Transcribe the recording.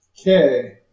Okay